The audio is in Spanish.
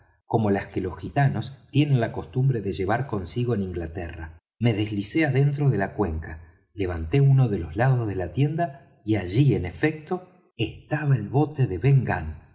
como las que los gitanos tienen la costumbre de llevar consigo en inglaterra me deslicé adentro de la cuenca levanté uno de los lados de la tienda y allí en efecto estaba el bote de